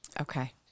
Okay